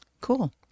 Cool